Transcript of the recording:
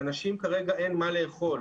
לאנשים כרגע אין מה לאכול.